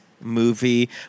movie